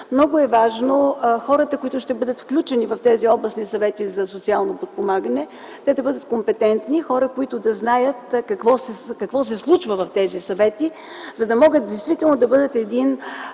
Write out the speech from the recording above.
Важно е хората, които ще бъдат включени в тези областни съвети за социално подпомагане, да бъдат компетентни, знаещи какво се случва в тези съвети, за да могат да бъдат